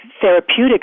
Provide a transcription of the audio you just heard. therapeutic